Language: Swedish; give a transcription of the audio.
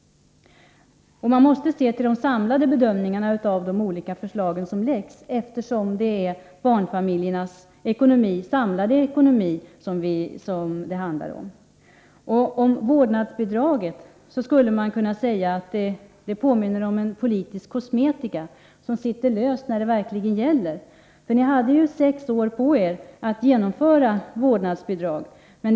Man måste ju se på den samlade effekten av de olika förslag som läggs fram, eftersom det är barnfamiljernas samlade ekonomi som det handlar om. Om vårdnadsbidraget skulle man kunna säga att det påminner om en politisk kosmetika, som sitter löst när det verkligen gäller. Ni hade ju sex år på er att genomföra vårdnadsbidraget.